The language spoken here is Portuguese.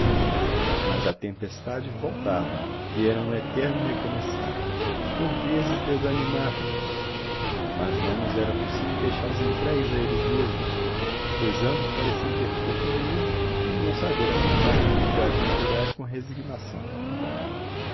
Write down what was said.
mas a tempestade voltava e era um eterno recomeçar por vezes desanimávamos mas não nos era possível deixá los entregues a eles mesmos pois ambos pareciam ter pouco juízo e não saber afrontar dificuldades materiais com resignação